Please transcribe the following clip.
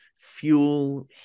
fuel